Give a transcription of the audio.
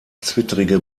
zwittrige